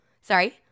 sorry